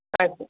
ಆಯ್ತು ಸರ್